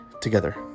together